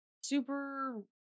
super